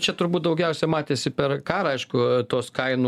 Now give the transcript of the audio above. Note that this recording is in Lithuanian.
čia turbūt daugiausia matėsi per karą aišku tos kainų